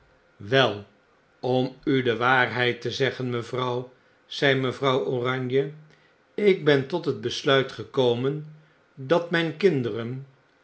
wel om u de waarheid te zeggen mevrouw zei mejuffrouw oranje ik ben tot het besluit gekomen dat mjjn kinderen